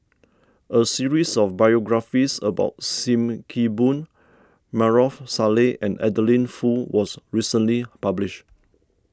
a series of biographies about Sim Kee Boon Maarof Salleh and Adeline Foo was recently published